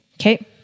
Okay